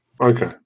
Okay